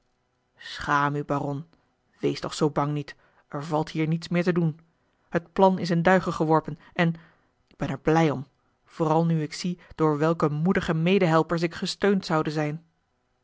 u baron wees toch zoo bang niet er valt hier niets meer te doen het plan is in duigen geworpen en ik ben er blij om vooral nu ik zie door welke moedige medehelpers ik gesteund zoude zijn